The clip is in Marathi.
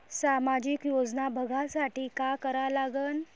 सामाजिक योजना बघासाठी का करा लागन?